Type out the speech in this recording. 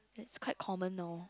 its quite common now